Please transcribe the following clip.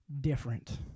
different